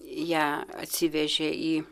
ją atsivežė į